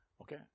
Okay